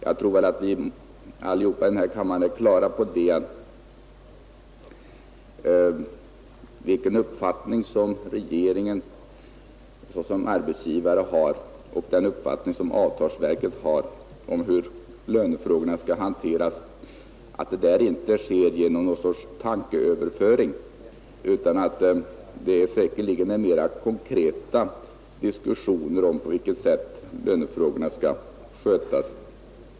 Jag tror att vi alla här i kammaren har klart för oss vilken uppfattning regeringen såsom arbetsgivare har och vilken uppfattning avtalsverket har om hur lönefrågorna skall hanteras. Det rör sig där säkert inte om någon sorts tankeöverföring, utan det är nog mera konkreta diskussioner om hur lönefrågorna skall skötas.